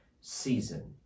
season